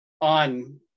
on